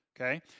okay